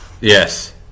Yes